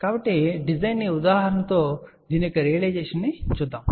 కాబట్టి డిజైన్ ఉదాహరణతో దీని యొక్క రియలైజేషన్ ను చూద్దాం